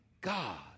God